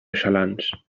xalans